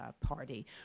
Party